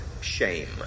Shame